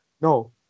no